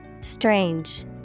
Strange